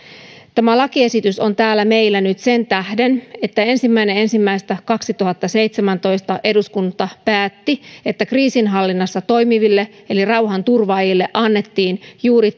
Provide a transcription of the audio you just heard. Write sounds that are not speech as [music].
tämä lakiesitys on täällä meillä nyt sen tähden että ensimmäinen ensimmäistä kaksituhattaseitsemäntoista eduskunta päätti että kriisinhallinnassa toimiville eli rauhanturvaajille annettiin juuri [unintelligible]